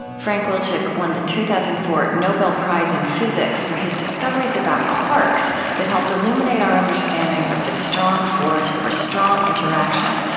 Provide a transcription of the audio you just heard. frank wilczek won the two thousand and four nobel prize in physics for his discoveries about quarks that helped illuminate our understanding of the strong force, or strong interaction,